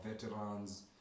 veterans